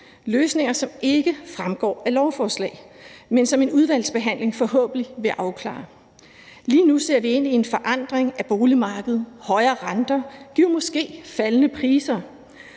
løsninger, som ikke fremgår af lovforslaget, men som en udvalgsbehandling forhåbentlig vil afklare. Lige nu ser vi ind i en forandring af boligmarkedet. Højere renter giver måske faldende priser.